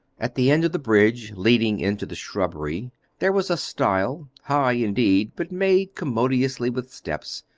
at the end of the bridge leading into the shrubbery there was a stile, high indeed, but made commodiously with steps,